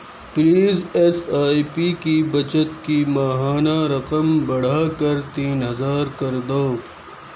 please S I P کی بچت کی ماہانہ رقم بڑھا کر تین ہزار کر دو